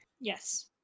yes